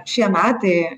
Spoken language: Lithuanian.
šie metai